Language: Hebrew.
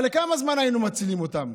אבל לכמה זמן היינו מצילים אותם?